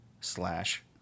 slash